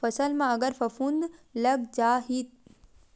फसल म अगर फफूंद लग जा ही ओखर बर कोन से कीटानु नाशक के इस्तेमाल करना चाहि?